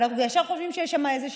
אבל אנחנו ישר חושבים שיש שם איזושהי